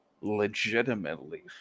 legitimately